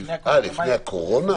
אה, לפני הקורונה?